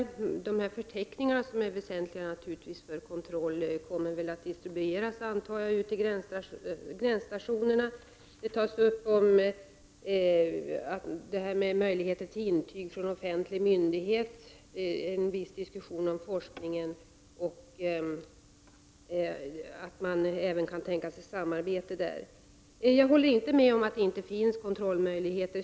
Jag antar att förteckningarna, som naturligtvis är väsentliga för kontrollen, kommer att distribueras till gränsstatio nerna. Möjligheter till intyg från offentlig myndighet togs upp, liksom en viss diskussion om forskning och att man även kan tänka sig ett samarbete på det området. Jag håller inte med om att det inte skulle finnas kontrollmöjligheter.